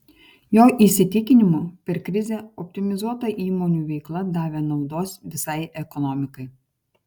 jo įsitikinimu per krizę optimizuota įmonių veikla davė naudos visai ekonomikai